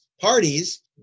parties